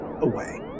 away